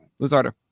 Luzardo